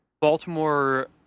Baltimore